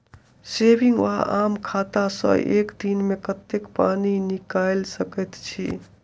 Saving वा आम खाता सँ एक दिनमे कतेक पानि निकाइल सकैत छी?